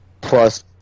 plus